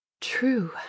True